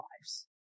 lives